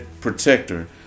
protector